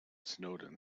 snowden